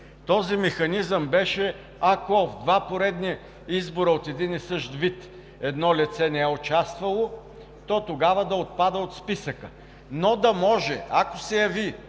Този механизъм беше: ако в два поредни избора от едни и същ вид едно лице не е участвало, то тогава да отпада от списъка, но да може, ако се яви,